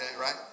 right